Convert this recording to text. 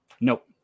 Nope